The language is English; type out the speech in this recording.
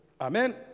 Amen